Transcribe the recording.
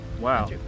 Wow